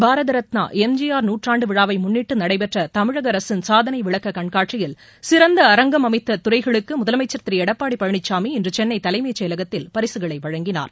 பாரத Ratna M G R நூற்றாண்டு விழாவை முன்னிட்டு நடைபெற்ற தமிழக அரசின் சாதனை விளக்க கண்காட்சியில் சிறந்த அரங்கம் அமைத்த துறைகளுக்கு முதலமைச்ச் திரு எடப்பாடி பழனிசாமி இன்று சென்னை தலைமைச் செயலகத்தில் பரிசுகளை வழங்கினார்